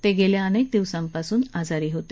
ते गेल्या अनेक दिवसांपासून आजारी होते